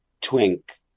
twink